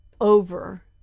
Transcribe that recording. Over